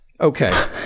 Okay